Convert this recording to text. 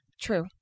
True